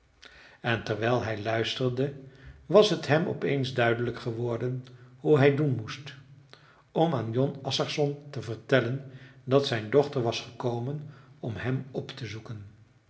en terwijl hij luisterde was het hem op eens duidelijk geworden hoe hij doen moest om aan jon assarsson te vertellen dat zijn dochter was gekomen om hem op te zoeken